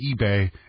eBay